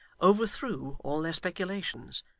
overthrew all their speculations,